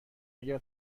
اگر